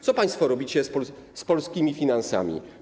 Co państwo robicie z polskimi finansami?